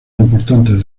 importantes